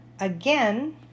again